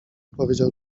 powiedział